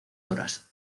horas